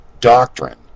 doctrine